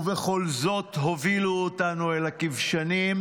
ובכל זאת הובילו אותנו אל הכבשנים,